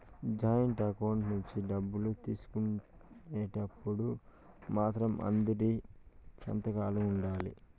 joint account నుంచి డబ్బులు తీసుకునేటప్పుడు మాత్రం అందరి సంతకాలు ఉండాలి